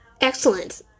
excellent